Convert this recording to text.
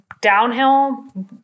downhill